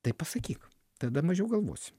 tai pasakyk tada mažiau galvosi